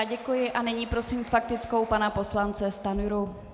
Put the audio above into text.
Děkuji, a nyní prosím s faktickou pana poslance Stanjuru.